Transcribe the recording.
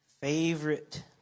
favorite